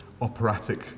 operatic